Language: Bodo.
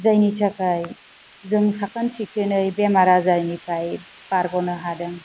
जायनि थाखाय जों साखोन सिखोनै बेमार आजारनिफ्राय बारग'नो हादों